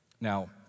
Now